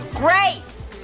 Grace